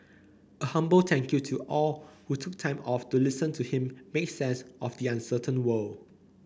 a humble thank you to all who took time off to listen to him make sense of the uncertain world